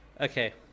Okay